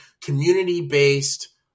Community-based